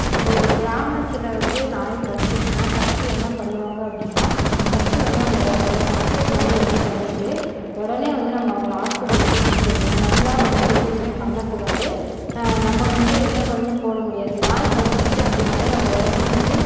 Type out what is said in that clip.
இப்போ கிராமத்தில் வந்து நாய் கடித்திருச்சினா ஃபஸ்ட்டு என்ன பண்ணுவாங்க அப்படின்னா ஃபஸ்ட்டு வந்து அந்த ஒரு ஃபஸ்ட் எயிட் மாதிரி வந்து பண்ணிவிட்டு உடனே வந்து நம்ம அவங்கள ஹாஸ்பிடல் கூட்டிட்டு போயிடணும் நம்மளா வந்து எதுவுமே பண்ணக்கூடாது நம்ம வந்து எந்த மருந்தும் போட முடியாது நாய் கடித்திருச்சி அப்படின்னாவே நம்ம உடனே வந்து